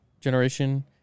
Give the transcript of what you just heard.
generation